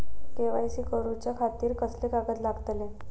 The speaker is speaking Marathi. के.वाय.सी करूच्या खातिर कसले कागद लागतले?